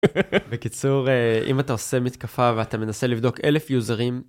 בקיצור אם אתה עושה מתקפה ואתה מנסה לבדוק אלף יוזרים.